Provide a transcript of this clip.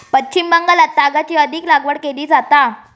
पश्चिम बंगालात तागाची अधिक लागवड केली जाता